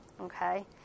Okay